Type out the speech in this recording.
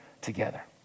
together